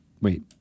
Wait